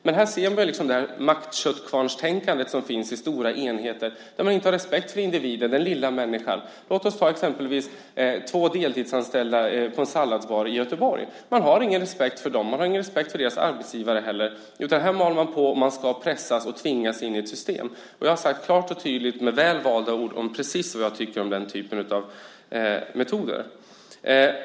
Men här ser man det maktköttkvarnstänkande som finns i stora enheter, där man inte har respekt för individen och den lilla människan. Låt oss exempelvis ta två deltidsanställda på en salladsbar i Göteborg. Man har ingen respekt för dem, och inte heller för deras arbetsgivare. Här mal man på. Folk ska pressas och tvingas in i ett system. Jag har sagt klart och tydligt med väl valda ord precis vad jag tycker om den typen av metoder.